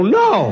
no